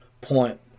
point